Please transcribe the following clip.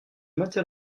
maintiens